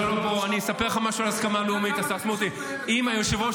אתה יודע כמה זה